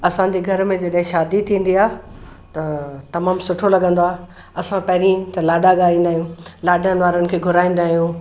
असांजे घर में जॾहिं शादी थींदी आहे त तमामु सुठो लॻंदो आहे असां पहिरियों त लाॾा ॻाईंदा आहियूं लाॾनि वारनि खे घुराईंदा आहियूं